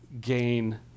gain